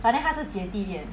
but then 他是姐弟恋